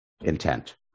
intent